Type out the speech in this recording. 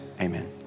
amen